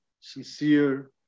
sincere